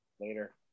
Later